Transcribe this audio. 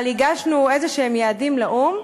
אבל הגשנו איזשהם יעדים לאו"ם.